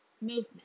Movement